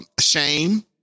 shame